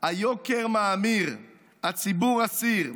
/ היוקר מאמיר, / הציבור אסיר.